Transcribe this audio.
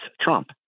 Trump